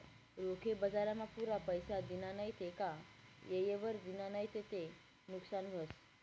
रोखे बजारमा पुरा पैसा दिना नैत का येयवर दिना नैत ते नुकसान व्हस